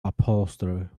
upholstery